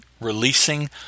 releasing